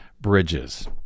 bridges